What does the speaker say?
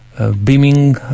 Beaming